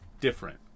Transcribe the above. different